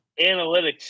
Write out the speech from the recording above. Analytics